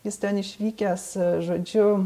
jis ten išvykęs žodžiu